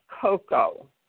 cocoa